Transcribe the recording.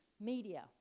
media